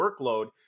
workload